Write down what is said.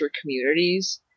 communities